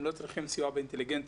הם לא צריכים סיוע באינטליגנציה.